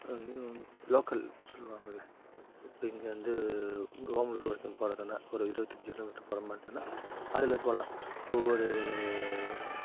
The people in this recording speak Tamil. லோக்கல் சொல்வாங்கள்ல இப்போ இங்கே இருந்து ஓமலூர் வரைக்கும் போகிறதுனா ஒரு இருபத்தஞ்சு கிலோமீட்டர் போகிற மாதிரி இருந்ததுனா அதில் போகலாம் ஒவ்வொரு